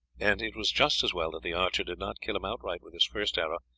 and it was just as well that the archer did not kill him outright with his first arrow,